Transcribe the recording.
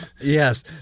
Yes